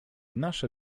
nasze